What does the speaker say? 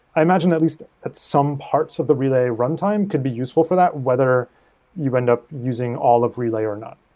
i imagine at least at some parts of the relay runtime could be useful for that whether you end up using all of relay are not